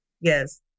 Yes